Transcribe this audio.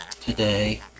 Today